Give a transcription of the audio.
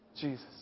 Jesus